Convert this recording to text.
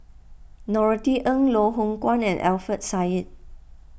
Norothy Ng Loh Hoong Kwan and Alfian Sa'At